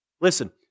Listen